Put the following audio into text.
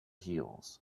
heels